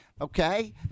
okay